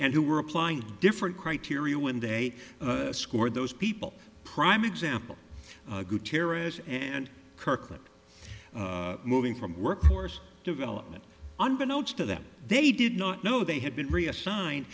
and who were applying different criteria when they scored those people prime example and kirkland moving from workforce development unbeknownst to them they did not know they had been reassign